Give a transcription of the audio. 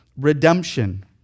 redemption